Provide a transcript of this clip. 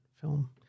film